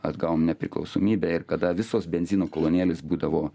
atgavom nepriklausomybę ir kada visos benzino kolonėlės būdavo